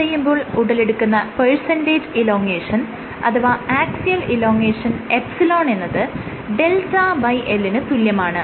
stretch ചെയ്യുമ്പോൾ ഉടലെടുക്കുന്ന percentage elongation അഥവാ ആക്സിയൽ എലോങേഷൻ ε എന്നത് δL ന് തുല്യമാണ്